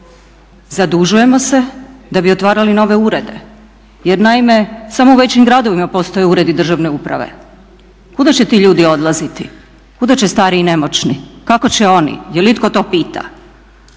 Zadužujemo se da bi otvarali nove urede. Jer naime samo u većim gradovima postoje uredi državne uprave. Kuda će ti ljudi odlaziti, kuda će stari i nemoćni, kako će oni? Jel' itko to pita?